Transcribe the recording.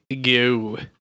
go